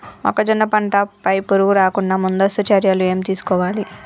మొక్కజొన్న పంట పై పురుగు రాకుండా ముందస్తు చర్యలు ఏం తీసుకోవాలి?